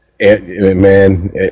Man